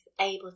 able